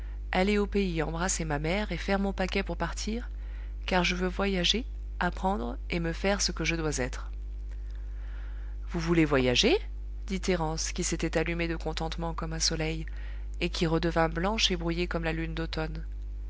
aller au pays embrasser ma mère et faire mon paquet pour partir car je veux voyager apprendre et me faire ce que je dois être vous voulez voyager dit thérence qui s'était allumée de contentement comme un soleil et qui redevint blanche et brouillée comme la lune d'automne